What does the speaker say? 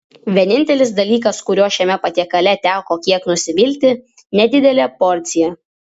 vienintelis dalykas kuriuo šiame patiekale teko kiek nusivilti nedidelė porcija